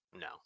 No